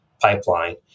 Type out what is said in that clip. pipeline